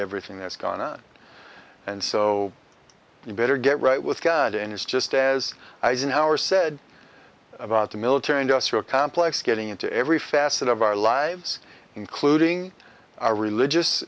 everything that's gone on and so you better get right with god and is just as eisenhower said about the military industrial complex getting into every facet of our lives including our religious